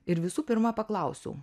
ir visų pirma paklausiau